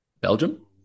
Belgium